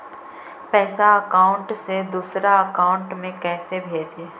पैसा अकाउंट से दूसरा अकाउंट में कैसे भेजे?